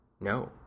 No